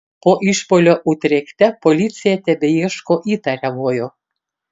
po išpuolio utrechte policija tebeieško įtariamojo